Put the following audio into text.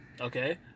okay